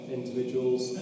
individuals